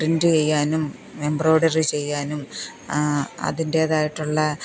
print ചെയ്യാനും embroidery ചെയ്യാനും അതിന്റെതായിട്ടുള്ള